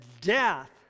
death